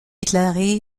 déclaré